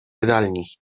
jadalni